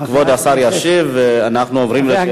כבוד השר ישיב, ואנחנו עוברים לשאלה הבאה.